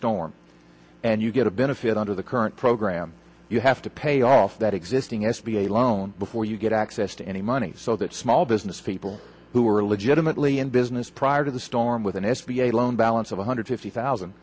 storm and you get a benefit under the current program you have to pay off that existing s b a loan before you get access to any money so that small business people who are legitimately in business prior to the storm with an s b a loan balance of one hundred fifty thousand